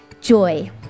joy